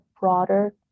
broader